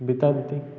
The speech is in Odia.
ବିତାବିତି